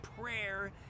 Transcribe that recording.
prayer